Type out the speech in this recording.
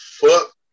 Fuck